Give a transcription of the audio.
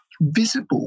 visible